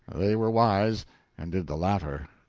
they were wise and did the latter.